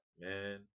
Man